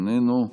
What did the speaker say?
איננו,